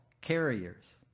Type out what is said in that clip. carriers